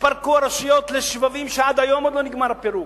התפרקו הרשויות לשבבים ועד היום עוד לא נגמר הפירוק.